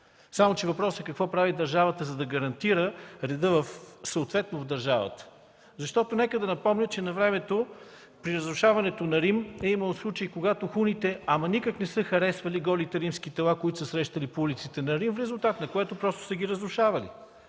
Само че въпросът е какво прави държавата, за да гарантира реда съответно в държавата. Нека да напомня, че навремето при разрушаването на Рим е имало случаи, когато хуните ама никак не са харесвали голите римски тела, които са срещали по улиците на Рим, в резултат на което просто са ги разрушавали.